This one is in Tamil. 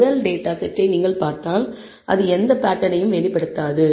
முதல் டேட்டா செட்டை நீங்கள் பார்த்தால் அது எந்த வடிவத்தையும் வெளிப்படுத்தாது